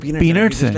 peanuts